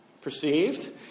perceived